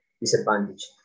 disadvantage